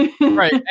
right